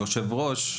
אנחנו